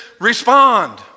respond